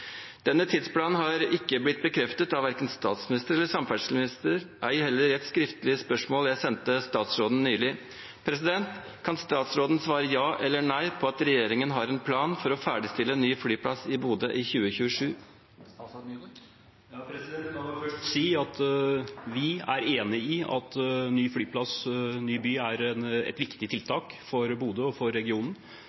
Denne tidsplanen har ikke blitt bekreftet av verken statsminister eller samferdselsminister, ei heller i svar på et skriftlig spørsmål jeg sendte statsråden nylig. Kan statsråden svare ja eller nei på om regjeringen har en plan for å ferdigstille ny flyplass i Bodø i 2027? La meg først si at vi er enig i at «Ny by – ny flyplass» er et viktig